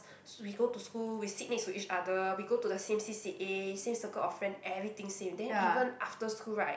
s~ we go to school we sit next to each other we go to the same C_C_A same circle of friend everything same then even after school right